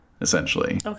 essentially